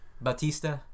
Batista